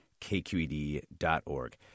kqed.org